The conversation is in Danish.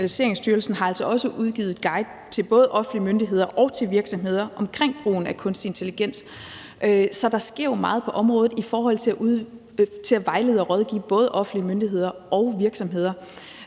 Digitaliseringsstyrelsen har altså også udgivet guides til både offentlige myndigheder og til virksomheder omkring brugen af kunstig intelligens. Så der sker jo meget på området i forhold til at vejlede og rådgive både offentlige myndigheder og virksomheder.